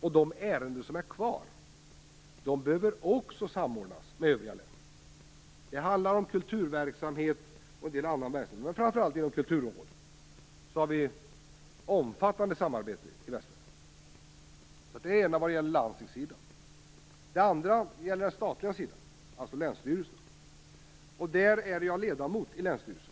Också i de ärenden som är kvar behöver samordning ske med övriga län. Det handlar framför allt om verksamhet inom kulturområdet, där vi har ett omfattande samarbete i Västsverige. Detta gäller på landstingssidan. Den andra sidan är den statliga, alltså länsstyrelsen. Jag är ledamot i länsstyrelsen